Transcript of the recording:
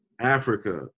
Africa